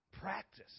Practice